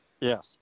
Yes